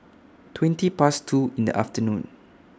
twenty Past two in The afternoon